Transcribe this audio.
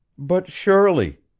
but surely,